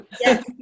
Yes